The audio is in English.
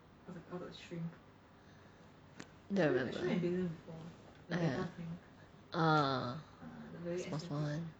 I don't remember ah small small [one]